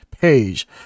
page